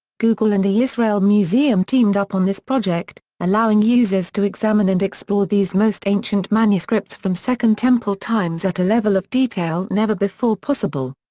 google and the israel museum teamed up on this project, allowing users to examine and explore these most ancient manuscripts from second temple times at a level of detail never before possible.